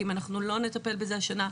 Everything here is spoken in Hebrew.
כי אם אנחנו לא נטפל בזה השנה,